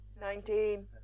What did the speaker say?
Nineteen